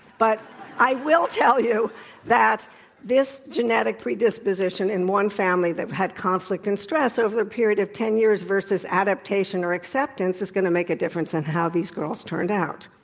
but i will tell you that this genetic predisposition in one family that had conflict and stress over a period of ten years versus adaptation adaptation or acceptance is going to make a difference in how these girls turned out.